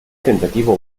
tentativo